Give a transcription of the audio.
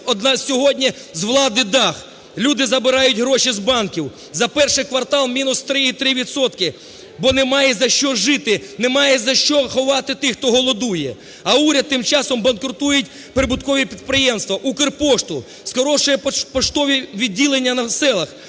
зірве сьогодні з влади дах. Люди забирають гроші з банків, за перший квартал мінус 3,3 відсотки, бо немає за що жити, немає за що ховати тих, хто голодує. А уряд тим часом банкрутує прибуткові підприємства – "Укрпошту", скорочує поштові відділення на селах,